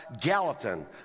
Gallatin